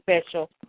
special